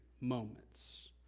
moments